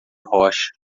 rocha